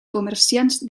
comerciants